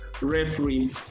referee